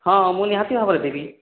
ହଁ ମୁଁ ନିହାତି ଭାବରେ ଦେବି